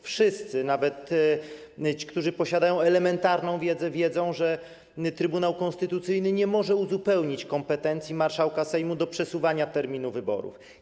Wszyscy, nawet ci, którzy posiadają elementarną wiedzę, wiedzą, że Trybunał Konstytucyjny nie może uzupełnić kompetencji marszałka Sejmu do przesuwania terminu wyborów.